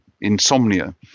insomnia